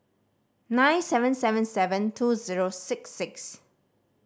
nine seven seven seven two zero six six